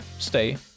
Stay